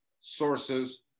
sources